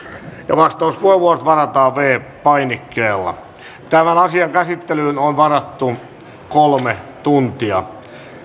vastauspuheenvuorot varataan viidennellä painikkeella tämän asian käsittelyyn on varattu kolme tuntia